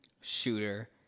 shooter